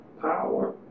power